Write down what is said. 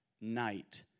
night